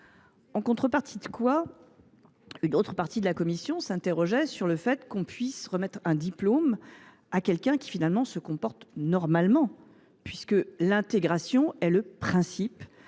de le rappeler. Mais une partie de la commission s’interrogeait sur le fait qu’on puisse remettre un diplôme à quelqu’un qui, finalement, se comporte normalement : l’intégration est le principe